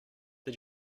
did